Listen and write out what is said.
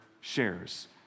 shares